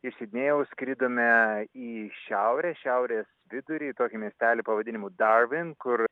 iš sidnėjaus skridome į šiaurę šiaurės vidurį į tokį miestelį pavadinimu darvin kur